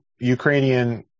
Ukrainian